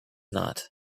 not